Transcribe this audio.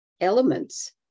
elements